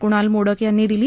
कुणाल मोडक यांनी दिली